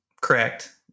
correct